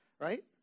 right